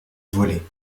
voler